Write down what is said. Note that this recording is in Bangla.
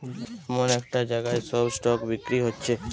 এমন একটা জাগায় সব স্টক বিক্রি হচ্ছে